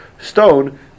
stone